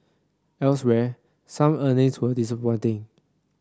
elsewhere some earnings were disappointing